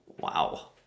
wow